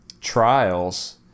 trials